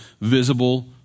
visible